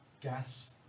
gas